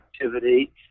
activity